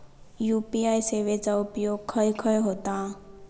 UPI सेवेचा उपयोग खाय खाय होता?